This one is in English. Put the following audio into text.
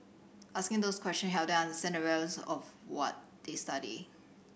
asking those questions helped them understand the relevance of to what they study